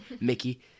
Mickey